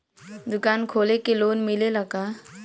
दुकान खोले के लोन मिलेला का?